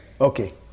Okay